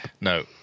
No